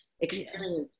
experience